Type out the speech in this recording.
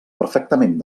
perfectament